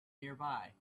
nearby